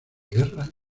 guerra